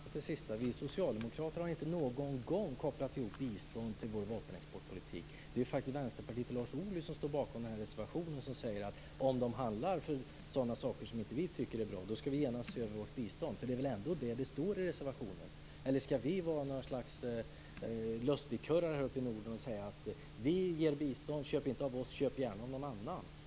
Fru talman! Det sista var väldigt intressant. Vi socialdemokrater har inte någon gång kopplat biståndet till vår vapenexportpolitik. Det är Vänsterpartiet och Lars Ohly, som står bakom den här reservationen, som säger att om länder handlar med sådana saker som vi inte tycker är bra skall vi genast se över vårt bistånd. Det är väl det som står i reservationen? Eller skall vi vara något slags lustigkurrar här uppe i Norden och säga att vi ger bistånd men att man inte skall köpa av oss, utan gärna köpa av någon annan?